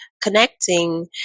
connecting